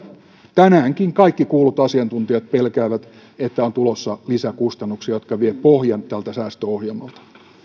tänäänkin kaikki kuullut asiantuntijat pelkäävät että siitä on tulossa lisäkustannuksia jotka vievät pohjan tältä säästöohjelmalta